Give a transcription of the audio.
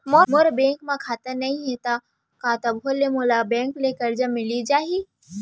मोर bank म खाता नई हे त का तभो ले मोला बैंक ले करजा मिलिस जाही?